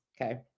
Okay